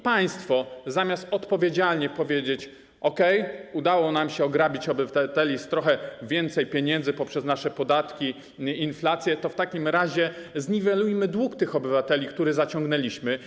Państwo zamiast odpowiedzialnie odpowiedzieć: okej, udało nam się ograbić obywateli z trochę większej ilości pieniędzy poprzez nasze podatki i inflację, to w takim razie zniwelujmy dług tych obywateli, który zaciągnęliśmy.